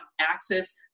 access